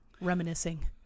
reminiscing